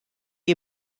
you